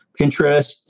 Pinterest